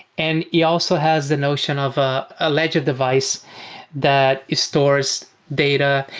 and yeah also has the notion of a ah ledger device that stores data.